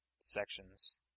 sections